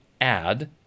add